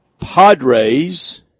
Padres